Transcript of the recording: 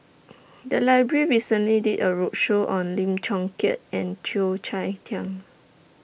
The Library recently did A roadshow on Lim Chong Keat and Cheo Chai Hiang